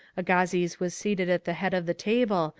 agassiz was seated at the head of the table,